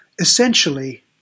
essentially